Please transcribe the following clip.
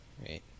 right